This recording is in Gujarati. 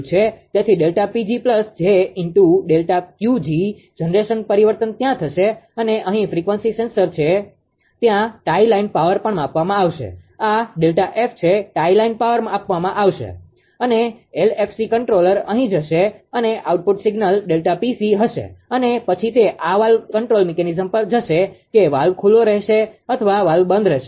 તેથી ΔPg 𝑗ΔQg જનરેશન પરિવર્તન ત્યાં થશે અને અહીં ફ્રીક્વન્સી સેન્સર છે ત્યાં ટાઇ લાઇન પાવર પણ માપવામાં આવશે આ ΔF છે ટાઇ લાઇન પાવર માપવામાં આવશે અને LFC કંટ્રોલર અહીં હશે અને આઉટપુટ સિગ્નલ ΔPC હશે અને પછી તે આ વાલ્વ કંટ્રોલ મિકેનિઝમ પર જશે કે વાલ્વ ખુલ્લો રહેશે અથવા વાલ્વ બંધ થશે